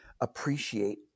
Appreciate